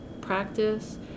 practice